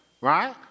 right